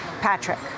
Patrick